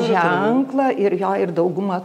ženklą ir jo ir dauguma